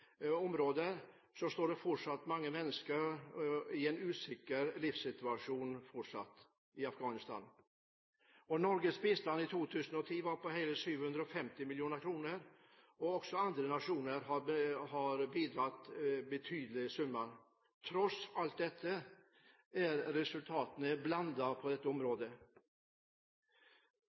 fortsatt mange mennesker en usikker livssituasjon i Afghanistan. Norges bistand i 2010 var på hele 750 mill. kr, og også andre nasjoner har bidratt med betydelige summer. Tross alt dette er resultatene blandet på dette området.